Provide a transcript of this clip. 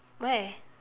where